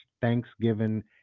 Thanksgiving